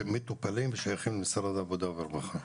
שמטופלים ושייכים למשרד העבודה והרווחה.